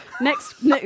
next